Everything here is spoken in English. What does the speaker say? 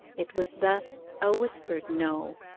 it was thus a whispered no,